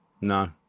No